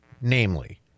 namely